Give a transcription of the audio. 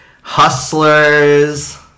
Hustlers